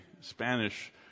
Spanish